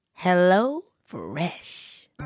HelloFresh